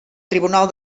tribunal